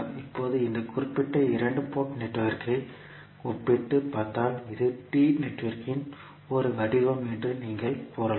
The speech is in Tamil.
இப்போது இந்த குறிப்பிட்ட இரண்டு போர்ட் நெட்வொர்க்கை ஒப்பிட்டுப் பார்த்தால் இது T நெட்வொர்க்கின் ஒரு வடிவம் என்று நீங்கள் கூறலாம்